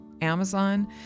Amazon